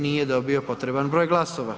Nije dobio potreban broj glasova.